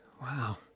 Wow